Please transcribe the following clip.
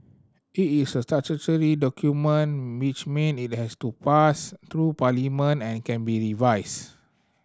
it is a statutory document which mean it has to pass through Parliament and can be revised